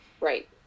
Right